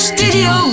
Studio